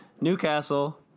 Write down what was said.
Newcastle